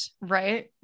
Right